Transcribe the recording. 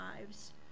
lives